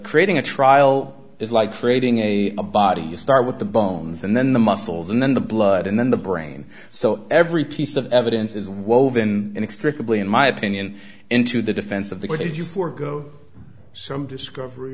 creating a trial is like creating a body you start with the bones and then the muscles and then the blood and then the brain so every piece of evidence is woven inexplicably in my opinion into the defense of the court if you forego some discovery